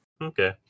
Okay